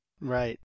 Right